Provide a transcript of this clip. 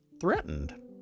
threatened